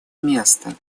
места